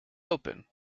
open